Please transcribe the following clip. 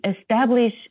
establish